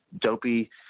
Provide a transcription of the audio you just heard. dopey